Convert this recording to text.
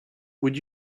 would